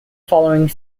following